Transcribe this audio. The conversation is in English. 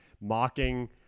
mocking